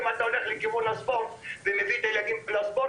אם אתה הולך לכיוון הספורט ומביא את הילדים לספורט,